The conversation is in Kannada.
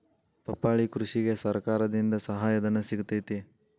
ಪಪ್ಪಾಳಿ ಕೃಷಿಗೆ ಸರ್ಕಾರದಿಂದ ಸಹಾಯಧನ ಸಿಗತೈತಿ